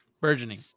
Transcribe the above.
burgeoning